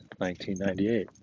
1998